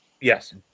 yes